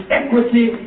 equity